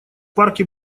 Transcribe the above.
парке